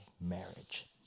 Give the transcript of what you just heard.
marriage